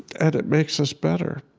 and it makes us better.